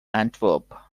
antwerp